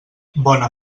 bona